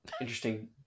interesting